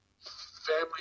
family